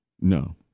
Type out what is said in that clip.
No